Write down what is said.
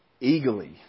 eagerly